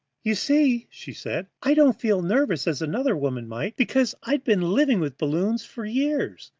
you see, she said, i didn't feel nervous as another woman might, because i'd been living with balloons for years.